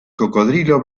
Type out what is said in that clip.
cocodrilo